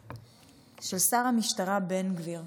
של שר המשטרה בן גביר,